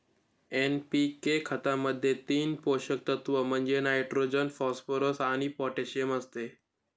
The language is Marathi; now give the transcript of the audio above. एन.पी.के खतामध्ये तीन पोषक तत्व म्हणजे नायट्रोजन, फॉस्फरस आणि पोटॅशियम असते